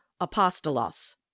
apostolos